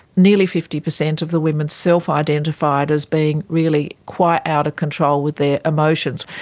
nearly fifty percent of the women self-identified as being really quite out of control with their emotions.